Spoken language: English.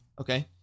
Okay